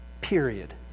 Period